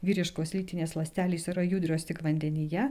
vyriškos lytinės ląstelės yra judrios tik vandenyje